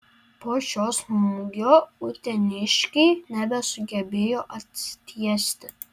po šio smūgio uteniškiai nebesugebėjo atsitiesti